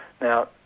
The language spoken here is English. now